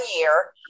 year